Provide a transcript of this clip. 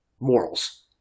morals